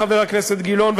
חבר הכנסת גילאון,